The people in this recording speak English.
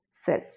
cells